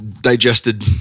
digested